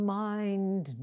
mind